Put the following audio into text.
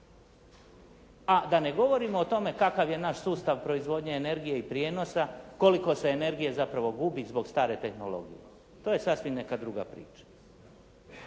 A da ne govorimo o tome kakav je naš sustav proizvodnje energije i prijenosa, koliko se energije zapravo gubi zbog stare tehnologije. To je sasvim neka druga priča.